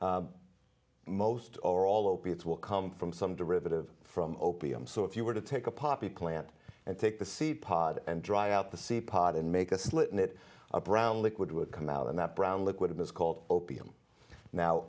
most or all opiates will come from some derivative from opium so if you were to take a poppy plant and take the seed pod and dry out the c pod and make a slit in it a brown liquid would come out and that brown liquid it is called opium now